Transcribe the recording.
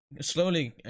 slowly